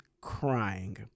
Crying